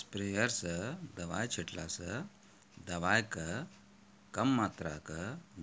sprayer स दवाय छींटला स दवाय के कम मात्रा क